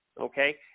okay